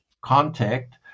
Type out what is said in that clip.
contact